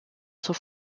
zur